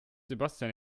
sebastian